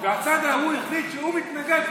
והצד ההוא החליט שהוא מתנגד.